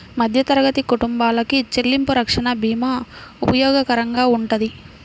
మధ్యతరగతి కుటుంబాలకి చెల్లింపు రక్షణ భీమా ఉపయోగకరంగా వుంటది